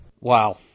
Wow